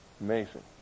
Amazing